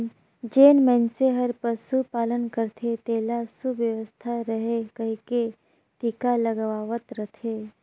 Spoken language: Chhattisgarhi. जेन मइनसे हर पसु पालन करथे तेला सुवस्थ रहें कहिके टिका लगवावत रथे